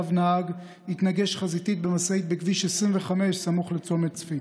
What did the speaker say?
נהג התנגש חזיתית במשאית בכביש 25 סמוך לצומת צפית.